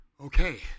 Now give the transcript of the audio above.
okay